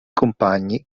compagni